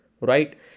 right